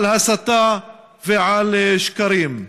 על הסתה ועל שקרים.